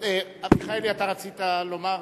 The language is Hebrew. יש לי משהו לומר,